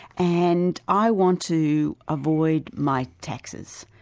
and i want to avoid my taxes.